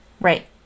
Right